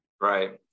Right